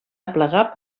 aplegar